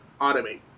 automate